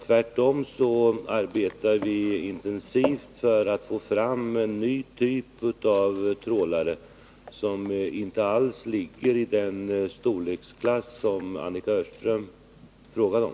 Tvärtom arbetar vi intensivt för att få fram en ny typ av trålare, som inte alls är av den storleksklass som Annika Öhrström talar om.